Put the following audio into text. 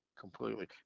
Completely